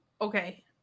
okay